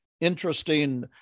interesting